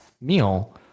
meal